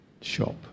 shop